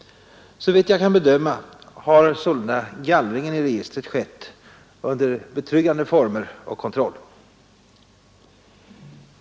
Såvitt jag kan bedöma har sålunda gallringen i registret skett under betryggande former och kontroll.